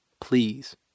please